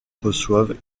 reçoivent